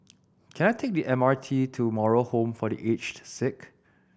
can I take the M R T to Moral Home for The Aged Sick